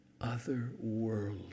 otherworldly